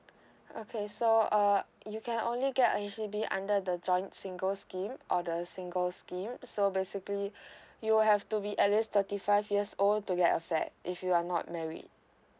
okay so uh you can only get a H_D_B under the joints single scheme or the single scheme so basically you will have to be at least thirty five years old to get a flat if you are not married